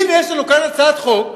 הנה יש לנו כאן הצעת חוק,